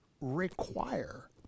require